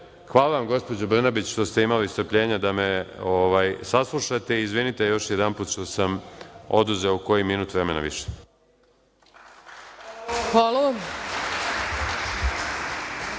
hvala vam gospođo Brnabić što ste imali strpljenja da me saslušate i izvinite još jednom što sam oduzeo koji minut vremena više. **Ana